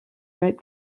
red